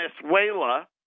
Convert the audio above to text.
Venezuela